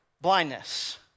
blindness